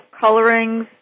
colorings